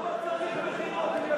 למה צריך בחירות אם יש בית-משפט?